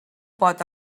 pot